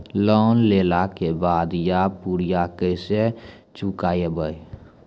Loan लेला के बाद या रुपिया केसे चुकायाबो?